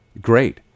Great